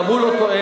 גם הוא לא טוען.